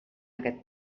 aquest